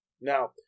Now